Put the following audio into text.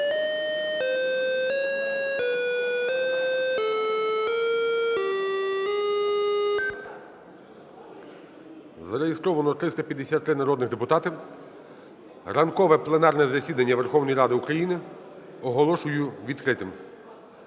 Зареєстровано 353 народних депутати. Ранкове пленарне засідання Верховної Ради України оголошую відкритим.